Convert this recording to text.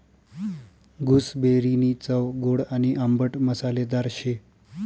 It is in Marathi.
गूसबेरीनी चव गोड आणि आंबट मसालेदार शे